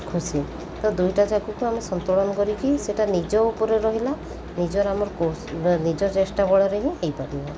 ଖୁସି ତ ଦୁଇଟାଯାକକୁ ଆମେ ସନ୍ତୁଳନ କରିକି ସେଇଟା ନିଜ ଉପରେ ରହିଲା ନିଜର ଆମର ନିଜର ଚେଷ୍ଟା ବଳରେ ହିଁ ହୋଇପାରିବ